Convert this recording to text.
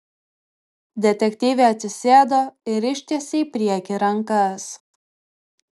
detektyvė atsisėdo ir ištiesė į priekį rankas